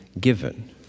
given